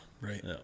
Right